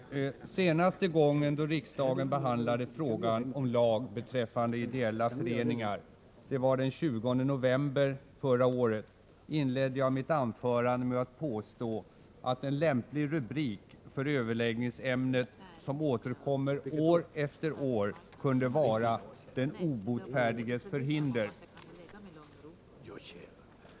Herr talman! Senaste gången riksdagen behandlade frågan om lag beträffande ideella föreningar — det var den 20 november förra året —- inledde jag mitt anförande med att påstå att en lämplig rubrik för överläggningsämnet, som återkommer år efter år, kunde vara ”den obotfärdiges förhinder”.